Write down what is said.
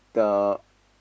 the